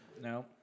No